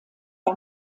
bei